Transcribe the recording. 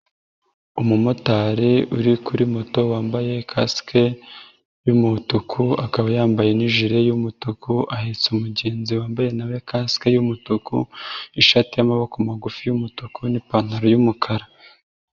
Umumotari uri kuri moto wambaye kasike y'umutuku, akaba yambaye n'ijire y'umutuku, ahetse umugenzi wambaye na we kasike y'umutuku, ishati y'amaboko magufi y'umutuku n'ipantaro y'umukara.